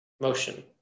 motion